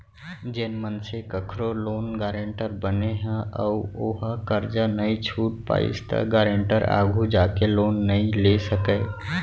जेन मनसे कखरो लोन गारेंटर बने ह अउ ओहा करजा नइ छूट पाइस त गारेंटर आघु जाके लोन नइ ले सकय